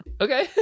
Okay